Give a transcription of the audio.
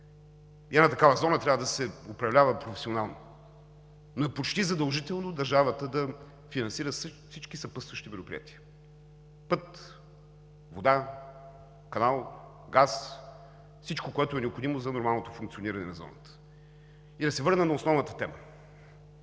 и една такава зона трябва да се управлява професионално. Почти задължително е държавата да финансира всички съпътстващи мероприятия: път, вода, канал, газ – всичко, което е необходимо за нормалното функциониране на зоната. И да се върнем на основната тема